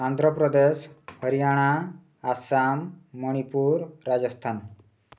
Andhra Pradesh Haryana Assam Manipur Rajasthan